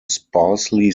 sparsely